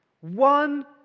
one